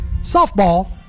Softball